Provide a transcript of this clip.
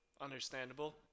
understandable